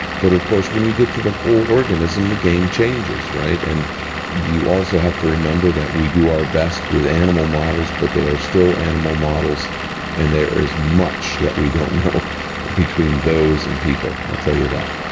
but of course when you get to the whole organism the game changes, and you also have to remember that we do our best with animal models but they are still animal models and there is much that we don't know between those and people, i'll tell you that.